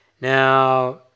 Now